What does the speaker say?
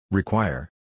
Require